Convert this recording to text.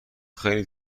خیلی